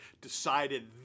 decided